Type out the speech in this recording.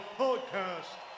podcast